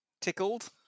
Tickled